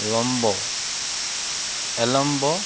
এলম্ব এলম্ব